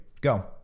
Go